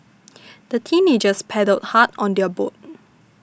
the teenagers paddled hard on their boat